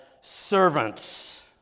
Servants